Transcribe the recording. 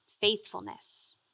faithfulness